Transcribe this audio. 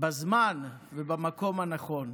בזמן ובמקום הנכון.